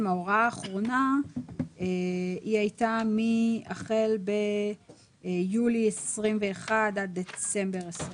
ההוראה האחרונה הייתה החל ביולי 2021 עד דצמבר 2021,